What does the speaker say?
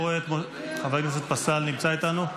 חבר הכנסת פסל נמצא איתנו?